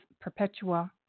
Perpetua